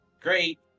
great